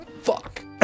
Fuck